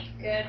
good